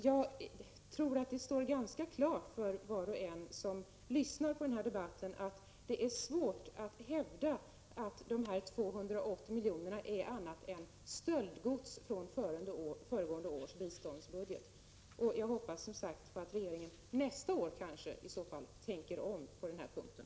Jag tror att det står klart för var och en som lyssnar på debatten att det är svårt att hävda att de 280 miljonerna är annat än stöldgods från föregående års biståndsbudget. Jag hoppas som sagt att regeringen nästa år tänker om på den här punkten.